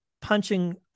punching